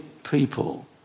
people